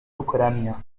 ucrania